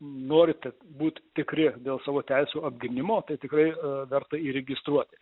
norite būti tikri dėl savo teisių apgynimo tai tikrai verta įregistruoti